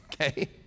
Okay